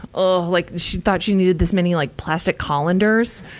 ah like, she thought she needed this many like plastic colanders?